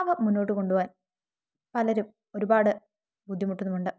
അവ മുന്നോട്ട് കൊണ്ടുപോകാൻ പലരും ഒരുപാട് ബുദ്ധിമുട്ടുന്നുമുണ്ട്